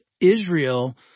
Israel